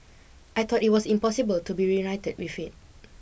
I thought it was impossible to be reunited with it